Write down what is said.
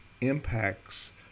impacts